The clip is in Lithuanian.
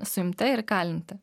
suimta ir kalinta